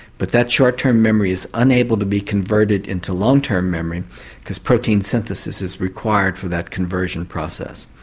but that short term memory is unable to be converted into long term memory because protein synthesis is required for that conversion process.